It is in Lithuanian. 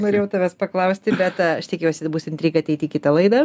norėjau tavęs paklausti bet a aš tikiuosi bus intriga ateiti į kitą laidą